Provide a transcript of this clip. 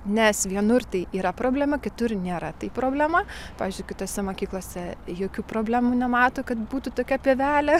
nes vienur tai yra problema kitur nėra tai problema pavyzdžiui kitose mokyklose jokių problemų nemato kad būtų tokia pievelė